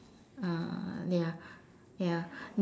uh ya ya